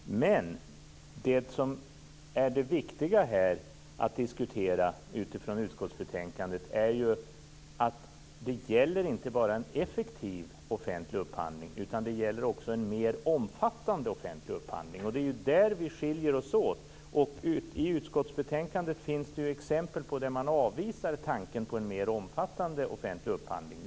Men det som är det viktiga att diskutera utifrån utskottsbetänkandet är att det inte bara gäller en effektiv offentlig upphandling utan också en mer omfattande offentlig upphandling. Det är här vi skiljer oss åt. I utskottsbetänkandet finns det ju exempel på att man avvisar tanken på en mer omfattande offentlig upphandling.